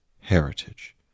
heritage